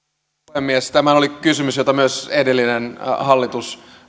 puhemies tämä oli kysymys jota myös edellinen hallitus